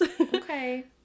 Okay